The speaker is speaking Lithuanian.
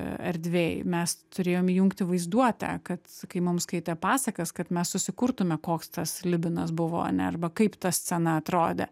erdvėj mes turėjom įjungti vaizduotę kad kai mum skaitė pasakas kad mes susikurtume koks tas slibinas buvo ane arba kaip ta scena atrodė